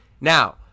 Now